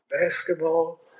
basketball